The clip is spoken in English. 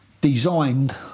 designed